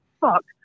fuck